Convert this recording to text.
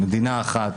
מדינה אחת,